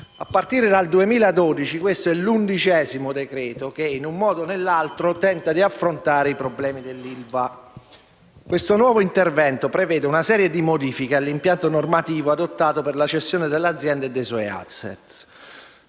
A partire dal 2012 questo è l'undicesimo decreto-legge che, in un modo o nell'altro, tenta di affrontare i problemi dell'ILVA. Questo nuovo intervento prevede una serie di modifiche all'impianto normativo adottato per la cessione dell'azienda e dei suoi *asset*.